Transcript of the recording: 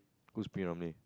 who's pick on me